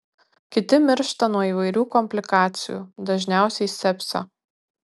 kiti miršta nuo įvairių komplikacijų dažniausiai sepsio